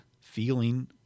feeling